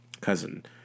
cousin